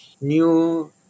new